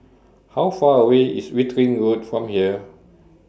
How Far away IS Wittering Road from here